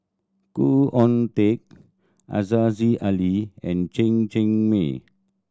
Khoo Oon Teik Aziza Ali and Chen Cheng Mei